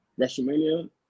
WrestleMania